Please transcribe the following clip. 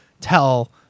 tell